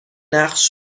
نقش